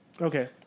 Okay